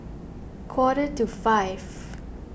quarter to five